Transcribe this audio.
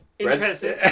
Interesting